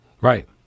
Right